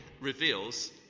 reveals